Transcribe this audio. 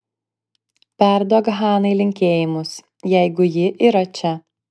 perduok hanai linkėjimus jeigu ji yra čia